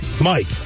Mike